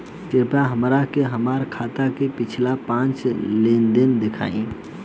कृपया हमरा के हमार खाता के पिछला पांच लेनदेन देखाईं